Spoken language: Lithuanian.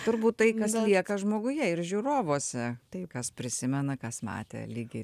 turbūt tai kas lieka žmoguje ir žiūrovuose tai kas prisimena kas matė lygiai